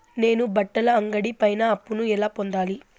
నేను బట్టల అంగడి పైన అప్పును ఎలా పొందాలి?